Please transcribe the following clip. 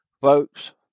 Folks